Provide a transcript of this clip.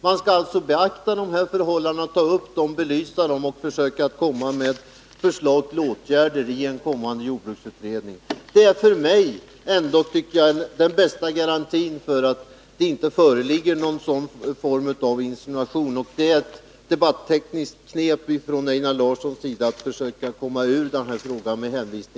Man skall alltså beakta dessa förhållanden, ta upp dem, belysa dem och försöka komma med förslag till åtgärder i en kommande jordbruksutredning. Det är för mig den bästa garantin för att det inte föreligger någon form av insinuation. Att hänvisa till detta var ett debattekniskt knep från Einar Larssons sida för att försöka komma ifrån frågan.